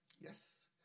Yes